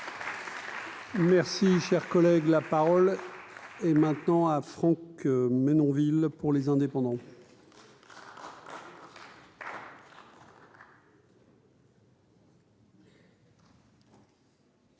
Merci, cher collègue, la parole est maintenant à Franck Menonville pour les indépendants.